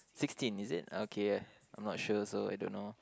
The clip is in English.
sixteen is it okay I'm not sure also I don't know